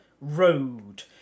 Road